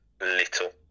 little